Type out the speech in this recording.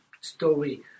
story